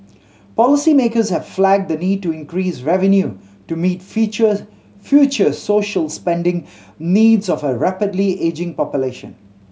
policymakers have flagged the need to increase revenue to meet future social spending needs of a rapidly ageing population